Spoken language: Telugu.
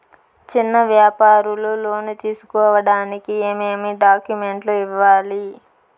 చిన్న వ్యాపారులు లోను తీసుకోడానికి ఏమేమి డాక్యుమెంట్లు ఇవ్వాలి?